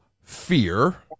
Fear